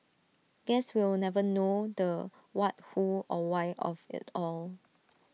guess we'll never know the what who or why of IT all